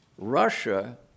Russia